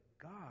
God